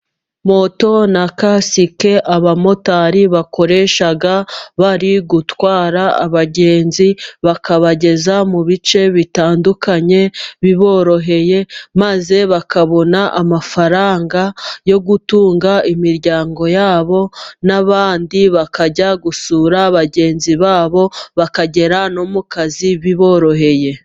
Moto na kasike abamotari bakoresha, bari gutwara abagenzi bakabageza mu bice bitandukanye biboroheye, maze bakabona amafaranga yo gutunga imiryango yabo ,n'abandi bakajya gusura bagenzi babo ,bakagera no mu kazi biboroheye.